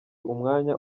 umwanya